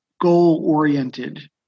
goal-oriented